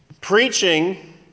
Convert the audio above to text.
Preaching